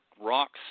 rocks